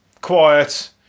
quiet